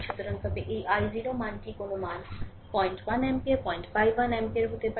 সুতরাং তবে এই i0 মানটি কোনও মান 01 এম্পিয়ার 051 অ্যাম্পিয়ার হতে পারে